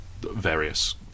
various